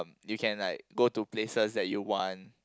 you can like go to places that you want